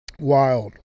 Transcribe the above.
Wild